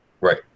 Right